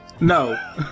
No